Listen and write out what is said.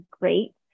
great